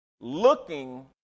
looking